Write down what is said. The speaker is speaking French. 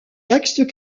textes